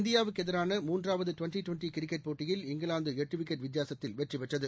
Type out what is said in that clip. இந்தியாவுக்குஎதிரான மூன்றாவதுடிவெண்டிடுவெண்டிகிரிக்கெட் போட்டியில் இங்கிலாந்துஎட்டுவிக்கெட் வித்தியாசத்தில் வெற்றிபெற்றது